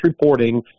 reporting